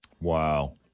Wow